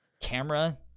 camera